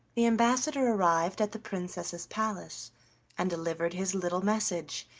the ambassador arrived at the princess's palace and delivered his little message,